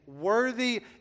Worthy